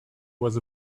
was